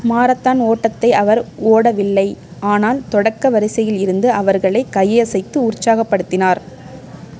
marathon ஓட்டத்தை அவர் ஓடவில்லை ஆனால் தொடக்க வரிசையில் இருந்து அவர்களை கையசைத்து உற்சாகப்படுத்தினார்